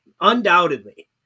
undoubtedly